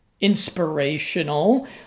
inspirational